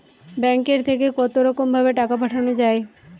ব্যাঙ্কের থেকে কতরকম ভাবে টাকা পাঠানো য়ায়?